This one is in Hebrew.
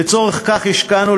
לצורך כך השקענו,